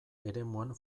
eremuan